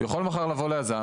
הוא יכול מחר להגיע ליזם,